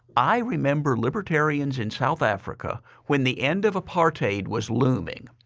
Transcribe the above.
i remember libertarians in south africa when the end of apartheid was looming,